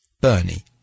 Bernie